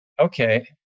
okay